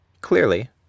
Clearly